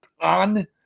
on